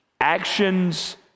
Actions